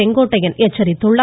செங்கோட்டையன் தெரிவித்துள்ளார்